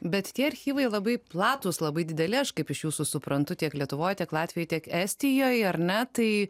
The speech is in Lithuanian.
bet tie archyvai labai platūs labai dideli aš kaip iš jūsų suprantu tiek lietuvoj tiek latvijoj tiek estijoj ar ne tai